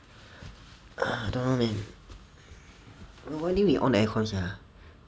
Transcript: err I don't know leh no why didn't we on the aircon sia